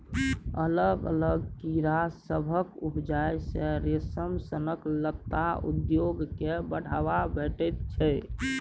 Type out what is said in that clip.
अलग अलग कीड़ा सभक उपजा सँ रेशम सनक लत्ता उद्योग केँ बढ़ाबा भेटैत छै